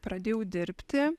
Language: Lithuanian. pradėjau dirbti